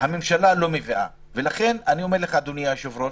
אדוני היושב-ראש,